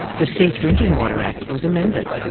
the safe drinking water act was amended.